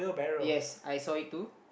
yes I saw it too